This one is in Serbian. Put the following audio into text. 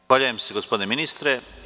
Zahvaljujem se, gospodine ministre.